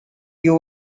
you